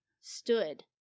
stood